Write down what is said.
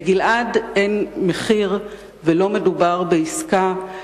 לגלעד אין מחיר, ולא מדובר בעסקה.